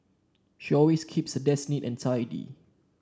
she always keeps her desk neat and tidy